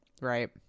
Right